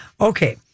Okay